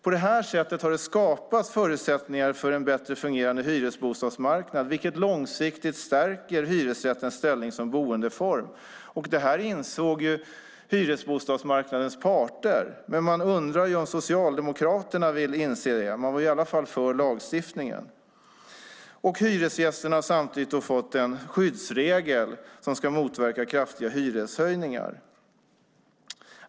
På det sättet har det skapats förutsättningar för en bättre fungerande hyresbostadsmarknad, vilket långsiktigt stärker hyresrättens ställning som boendeform. Det insåg hyresbostadsmarknadens parter, men man undrar om Socialdemokraterna vill inse det. Man var i alla fall för lagstiftningen. Hyresgästerna har samtidigt fått en skyddsregel som ska motverka kraftiga hyreshöjningar.